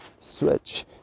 switch